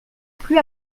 plus